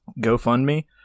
GoFundMe